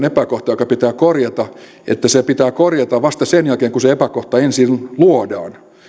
epäkohta joka pitää korjata pitää korjata vasta sen jälkeen kun se epäkohta ensin luodaan